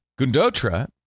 Gundotra